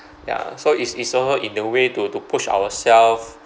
ya so is is also in a way to to push ourselves